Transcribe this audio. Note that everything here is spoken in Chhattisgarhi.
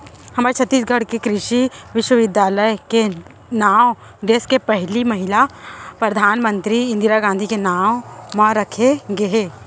हमर छत्तीसगढ़ के कृषि बिस्वबिद्यालय के नांव देस के पहिली महिला परधानमंतरी इंदिरा गांधी के नांव म राखे गे हे